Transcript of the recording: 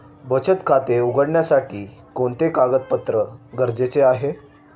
बचत खाते उघडण्यासाठी कोणते कागदपत्रे गरजेचे आहे?